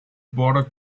border